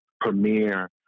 premiere